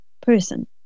person